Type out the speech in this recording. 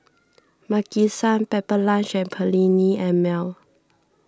Maki San Pepper Lunch and Perllini and Mel